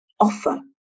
Offer